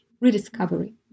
rediscovery